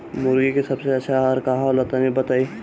मुर्गी के सबसे अच्छा आहार का होला तनी बताई?